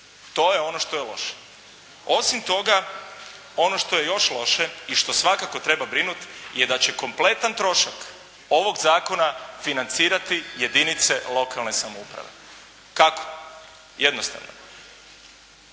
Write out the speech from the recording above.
To je ono što je loše. Osim toga, ono što je još loše i što svakako treba brinuti je da će kompletan trošak ovog zakona financirati jedinice lokalne samouprave. Kako? Jednostavno.